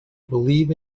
believe